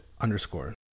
underscore